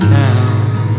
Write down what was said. town